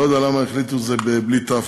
לא יודע למה החליטו שזה בלי תי"ו,